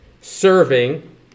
serving